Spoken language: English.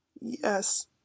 Yes